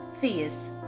fears